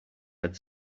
had